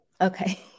Okay